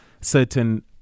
certain